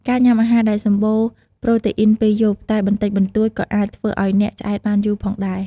ការញ៉ាំអាហារដែលសម្បូរប្រតេអ៊ីនពេលយប់តែបន្តិចបន្តួចក៏អាចធ្វើឲ្យអ្នកឆ្អែតបានយូរផងដែរ។